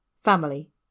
Family